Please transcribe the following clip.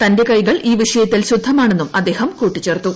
തന്റെ കൈക്ർ ഈ വിഷയത്തിൽ ശുദ്ധമാണെന്നും അദ്ദേഹം കൂട്ടിച്ചർത്തു